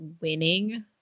winning